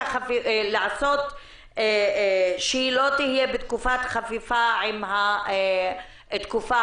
וגם לעשות כך שלא תהיה בתקופת חפיפה בתקופה